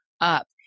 up